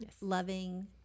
loving